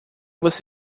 você